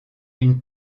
une